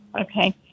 Okay